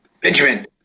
benjamin